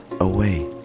away